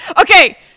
Okay